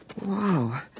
Wow